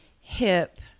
hip